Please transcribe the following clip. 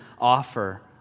offer